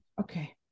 Okay